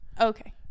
Okay